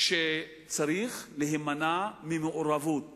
שצריך להימנע ממעורבות